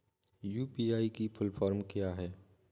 UPI की full form क्या है?